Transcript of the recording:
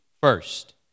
first